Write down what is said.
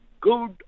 good